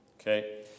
Okay